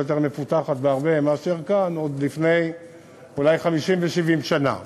מפותחת בהרבה מאשר כאן עוד לפני אולי 50 ו-70 שנה.